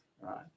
right